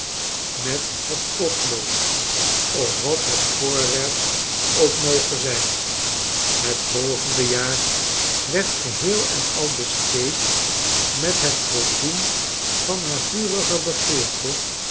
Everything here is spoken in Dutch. met het potlood of wat het voorwerp ook moge zijn het volgende jaar werd geheel en al besteed met het voldoen van haar vurige begeerte